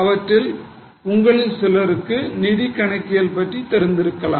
இவற்றில் உங்கள் சிலருக்கு நிதி கணக்கியல் பற்றி தெரிந்திருக்கலாம்